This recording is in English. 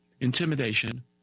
intimidation